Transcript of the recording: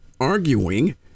arguing